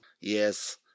Yes